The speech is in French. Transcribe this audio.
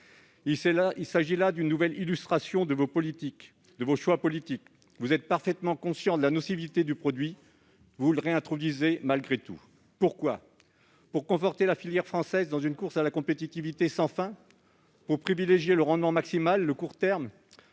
Il s'agit d'une nouvelle illustration de vos choix politiques : vous êtes parfaitement conscient de la nocivité du produit, mais vous le réintroduisez malgré tout. Pourquoi ? Pour conforter la filière française dans une course sans fin à la compétitivité ? Pour privilégier le rendement maximal et le court terme ?